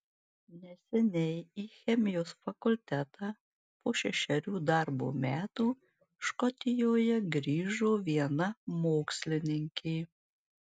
neseniai į chemijos fakultetą po šešerių darbo metų škotijoje grįžo viena mokslininkė